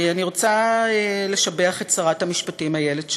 אני רוצה לשבח את שרת המשפטים איילת שקד,